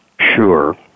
Sure